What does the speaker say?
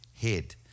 head